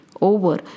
over